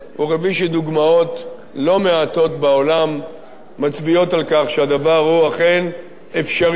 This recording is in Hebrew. וכפי שדוגמאות לא מעטות בעולם מצביעות על כך שהדבר הוא אכן אפשרי,